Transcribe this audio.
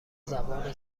زبان